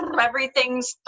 everything's